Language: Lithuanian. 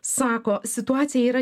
sako situacija yra